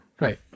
right